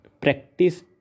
practice